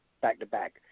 back-to-back